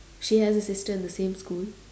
she has a sister in the same school